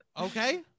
Okay